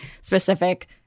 specific